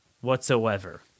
whatsoever